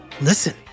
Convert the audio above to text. Listen